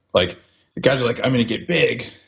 like guys were like, i'm going to get big.